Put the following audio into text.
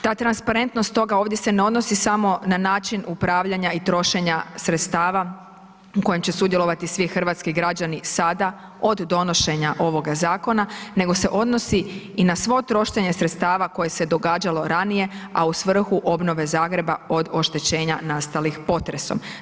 Ta transparentnost toga ovdje se ne odnosi samo na način upravljanja i trošenja sredstava u kojem će sudjelovati svi hrvatski građani sada od donošenja ovoga zakona, nego se odnosi i na svo trošenje sredstava koje se događalo ranije, a u svrhu obnove Zagreba od oštećenja nastalih potresom.